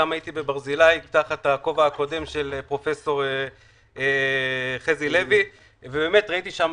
הייתי גם בברזילי תחת הכובע הקודם של פרופ' חזי לוי ובאמת ראיתי שם,